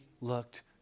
looked